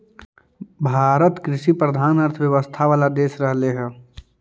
भारत कृषिप्रधान अर्थव्यवस्था वाला देश रहले हइ